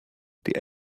die